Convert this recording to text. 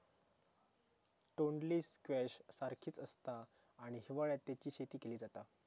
तोंडली स्क्वैश सारखीच आसता आणि हिवाळ्यात तेची शेती केली जाता